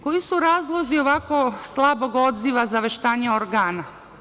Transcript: Koji su razlozi ovako slabog odziva zaveštanja organa?